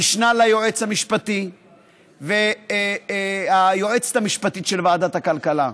המשנה ליועץ המשפטי והיועצת המשפטית של ועדת הכלכלה,